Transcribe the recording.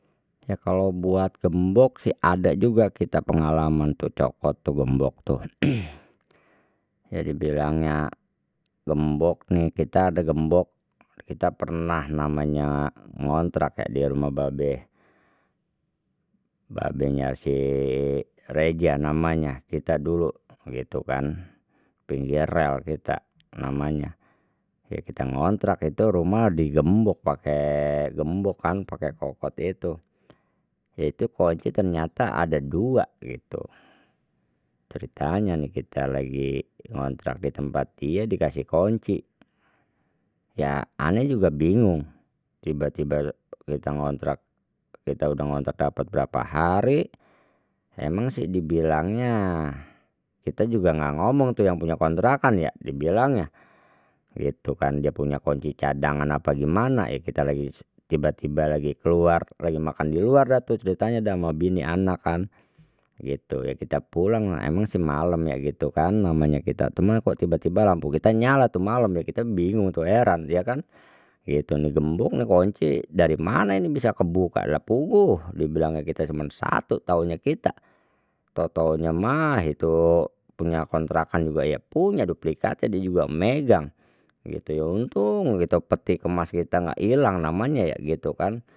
Ya kalau buat gembok sih ada juga kita pengalaman tuh cokot tuh gembok tuh ya dibilangnya gembok nih kita ada gembok kita pernah namanya ngontrak kayak di rumah babe, babenya si reza namanya kita dulu gitu kan pinggir rel kita namanya ya kita ngontrak itu rumah digembok pakai gembok kan pakai kokot itu, itu kunci ternyata ada dua gitu, ceritanya nih kita lagi ngontrak di tempat die dikasih kunci ya ane juga bingung, tiba tiba kita ngontrak kita udah ngontrak dapet berapa hari emang sih dibilangnya kita juga enggak ngomong tuh yang punya kontrakan ya dibilangnya gitu kan dia punya kunci cadangan apa gimana ya kita lagi tiba tiba lagi keluar lagi makan di luar dah tu ceritanya sama bini anak kan gitu ya kita pulang lah emang si malam ya gitu kan namanya kita teman kok tiba tiba lampu kita nyala tuh malam ya kita bingung tuh heran dia kan gitu gembok nih kunci dari mana ini bisa kebuka lha puguh dibilangnya kita cuma satu tahunya kita tahu tahunya mah itu punya kontrakan juga ya punya duplikatnya dia juga megang gitu ya untung gitu peti kemas kita enggak hilang namanya ya gitu kan.